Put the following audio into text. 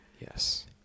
Yes